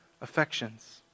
affections